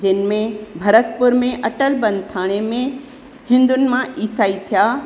जिन में भरतपुर में अटलबनि थाणे में हिंदुनि मां इसाई थिया